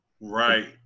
Right